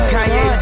Kanye